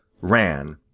ran